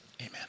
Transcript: Amen